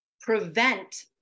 prevent